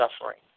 suffering